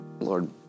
Lord